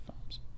films